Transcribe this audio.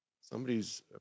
somebody's